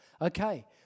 Okay